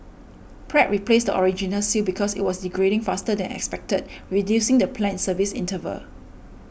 Pratt replaced the original seal because it was degrading faster than expected reducing the planned service interval